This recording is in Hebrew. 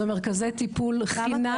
זה מרכזי טיפול חינמיים.